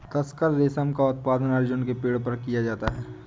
तसर रेशम का उत्पादन अर्जुन के पेड़ पर किया जाता है